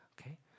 okay